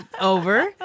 over